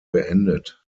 beendet